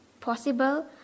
possible